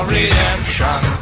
redemption